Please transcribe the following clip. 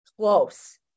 close